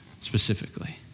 specifically